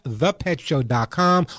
thepetshow.com